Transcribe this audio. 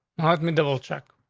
me double check.